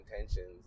intentions